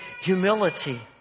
humility